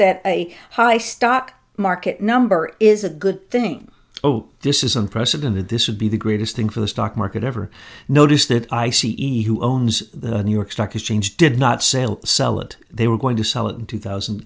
that a high stock market number is a good thing oh this is unprecedented this would be the greatest thing for the stock market ever notice that i c e who owns the new york stock exchange did not sell sell it they were going to sell it in two thousand